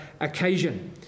occasion